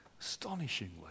astonishingly